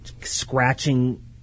scratching